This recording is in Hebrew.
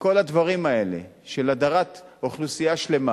כל הדברים האלה של הדרת אוכלוסייה שלמה